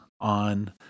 on